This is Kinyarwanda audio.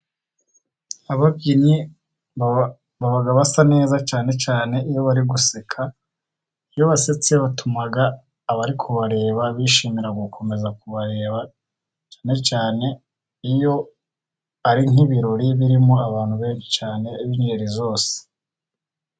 Ababyinnyi baba basa neza cyane cyane iyo bari guseka, iyo basetse batuma abari kubareba bishimira gukomeza kubareba cyane cyane iyo ari nk'ibirori birimo abantu benshi cyane b'ingeri zose.